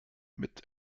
mit